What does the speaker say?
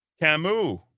Camus